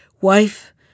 Wife